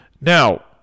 Now